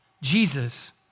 Jesus